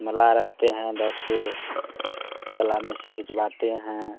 मलाह रखते हैं दस गो तलाब में से खिंचवाते हैं